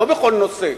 לא בכל בנושא.